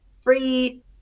free